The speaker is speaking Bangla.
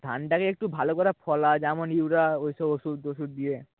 ধানটাকে একটু ভালো করে ফলা যেমন ইউরিয়া ওই সব ওষুধ টষুধ দিয়ে